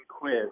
quiz